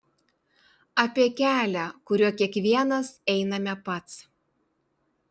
apie kelią kuriuo kiekvienas einame pats